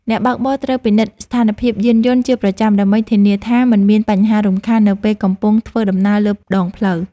អ្នកបើកបរត្រូវពិនិត្យស្ថានភាពយានយន្តជាប្រចាំដើម្បីធានាថាមិនមានបញ្ហារំខាននៅពេលកំពុងធ្វើដំណើរលើដងផ្លូវ។